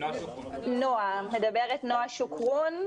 מדברת נועה שוקרון,